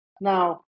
Now